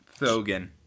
Thogan